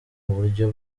buryo